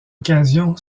occasion